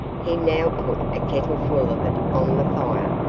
he now put a kettle full of it on the fire,